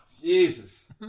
Jesus